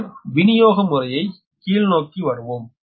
பின்னர் விநியோக முறையை கீழ்நோக்கி வருவோம்